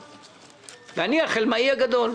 ואני החלמאי הגדול.